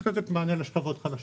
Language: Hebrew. צריך לתת מענה לשכבות חלשות.